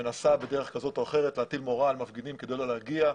בדרך כזו או אחרת להטיל מורא על מפגינים כדי שלא יגיעו.